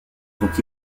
sont